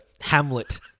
Hamlet